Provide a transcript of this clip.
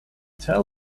tell